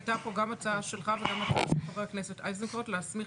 הייתה פה גם הצעה שלך וגם של חבר הכנסת איזנקוט להסמיך